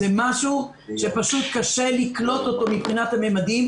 זה משהו שפשוט קשה לקלוט אותו מבחינת הממדים.